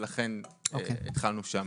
ולכן התחלנו שם.